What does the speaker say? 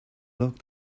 locked